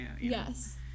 yes